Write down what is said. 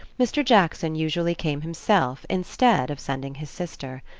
mr. jackson usually came himself instead of sending his sister.